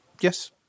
yes